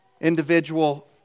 individual